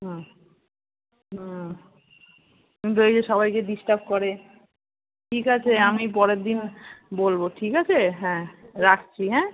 হুম হুম কিন্তু ওই যে সবাইকে ডিস্টার্ব করে ঠিক আছে আমি পরের দিন বলবো ঠিক আছে হ্যাঁ রাখছি হ্যাঁ